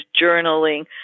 journaling